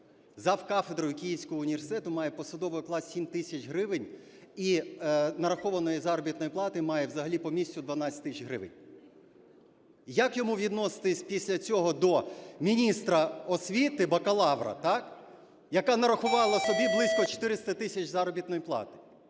Завкафедрою Київського університету має посадовий оклад в 7000 гривень і нарахованої заробітної плати має взагалі по місяцю 12000 гривень. Як йому відноситись після цього до міністра освіти, бакалавра, яка нарахувала собі близько 400 тисяч заробітної плати?